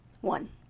One